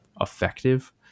effective